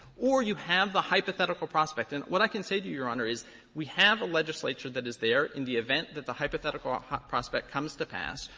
or you have the hypothetical prospect. and what i can say to your honor is we have a legislature that is there in the event that the hypothetical ah prospect comes to pass.